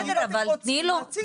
אם אתם רוצים, נציג אותו.